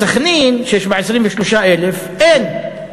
בסח'נין, שיש בה 23,000, אין.